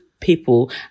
people